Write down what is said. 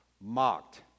mocked